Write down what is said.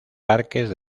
parques